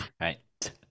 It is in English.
Right